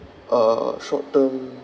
uh short term